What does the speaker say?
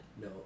No